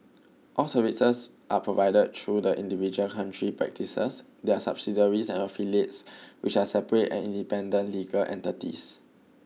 all services are provided through the individual country practices their subsidiaries and affiliates which are separate and independent legal entities